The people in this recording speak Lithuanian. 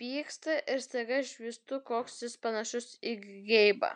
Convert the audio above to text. pyksta ir staiga išvystu koks jis panašus į geibą